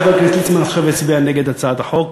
חבר הכנסת ליצמן עכשיו יצביע נגד הצעת החוק